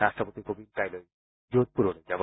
ৰাট্টপতি কোবিন্দ কাইলৈ যোধপুৰলৈ যাব